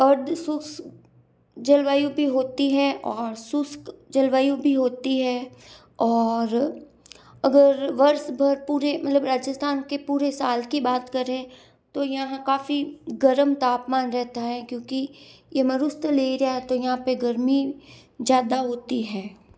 अर्धशुष्क जलवायु भी होती हैं और शुष्क जलवायु भी होती है और अगर वर्ष भर पूरे मतलब राजस्थान के पूरे साल की बात करें तो यहाँ काफ़ी गरम तापमान रहता है क्योंकि ये मरुस्थल एरिया है तो यहाँ पे गर्मी ज़्यादा होती है